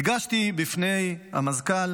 הדגשתי בפני המזכ"ל